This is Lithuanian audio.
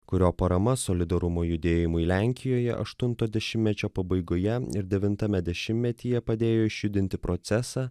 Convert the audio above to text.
kurio parama solidarumui judėjimui lenkijoje aštunto dešimtmečio pabaigoje ir devintame dešimtmetyje padėjo išjudinti procesą